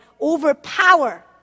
overpower